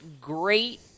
great